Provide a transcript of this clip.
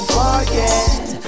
forget